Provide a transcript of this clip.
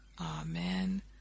Amen